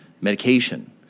medication